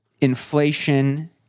inflation